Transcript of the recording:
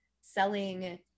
selling